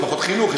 יש פחות חינוך,